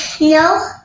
No